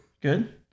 Good